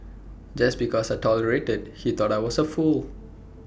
just because I tolerated he thought I was A fool